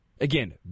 again